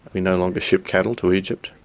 we no longer ship cattle to egypt,